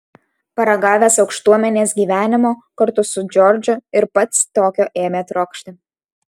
paragavęs aukštuomenės gyvenimo kartu su džordžu ir pats tokio ėmė trokšti